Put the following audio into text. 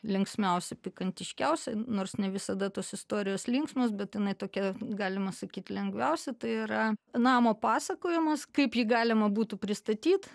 linksmiausia pikantiškiausia nors ne visada tos istorijos linksmos bet jinai tokia galima sakyt lengviausia tai yra namo pasakojimos kaip jį galima būtų pristatyt